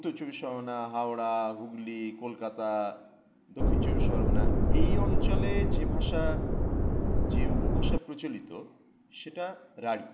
উত্তর চব্বিশ পরগনা হাওড়া হুগলি কলকাতা দক্ষিণ চব্বিশ পরগনা এই অঞ্চলে যে ভাষা যে উপভাষা প্রচলিত সেটা রাঢ়ী